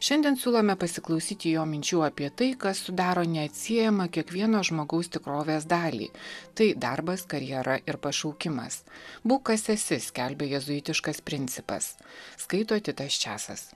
šiandien siūlome pasiklausyti jo minčių apie tai kas sudaro neatsiejamą kiekvieno žmogaus tikrovės dalį tai darbas karjera ir pašaukimas būk kas esi skelbia jėzuitiškas principas skaito titas časas